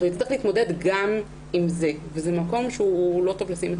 הוא יצטרך להתמודד גם עם זה וזה מקום שלא טוב לשים את הילד בו.